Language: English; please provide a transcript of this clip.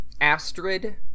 Astrid